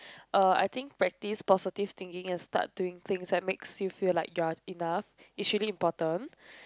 uh I think practice positive thinking and start doing things that makes you feel like you are enough is really important